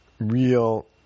real